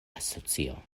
asocio